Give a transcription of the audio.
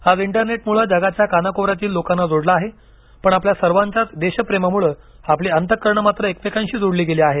आज इंटरनेटमुळे जगाच्या कानकोपऱ्यातील लोकांना जोडले आहे पण आपल्या सर्वाच्याच देश प्रेमामुळे आपली अंतःकरणं मात्र एकमेकांशी जोडली गेली आहेत